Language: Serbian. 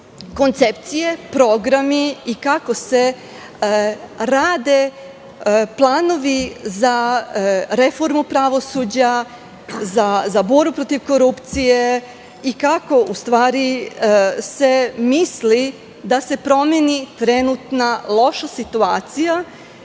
koncepcije, programi i kako se rade planovi za reformu pravosuđa, za borbu protiv korupcije i kako u stvari se misli da se promeni trenutna loša situacija